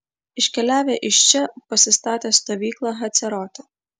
iškeliavę iš čia pasistatė stovyklą hacerote